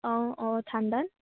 অঁ অঁ ঠাণ্ডাত